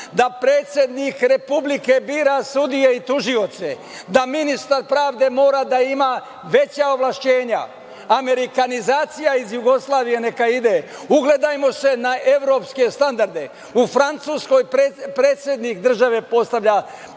da predsednik Republike bira sudije i tužioce, da ministar pravde mora da ima veća ovlašćenja. Amerikanizacija iz Jugoslavije neka ide, ugledajmo se na evropske standarde. U Francuskoj predsednik države postavlja